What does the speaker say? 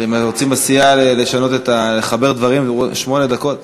אתם רוצים בסיעה לחבר דברים, שמונה דקות?